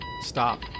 Stop